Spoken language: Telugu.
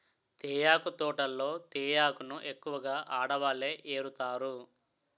తేయాకు తోటల్లో తేయాకును ఎక్కువగా ఆడవాళ్ళే ఏరుతారు